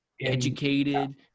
educated